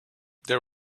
there